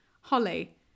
Holly